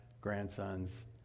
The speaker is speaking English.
grandsons